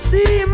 See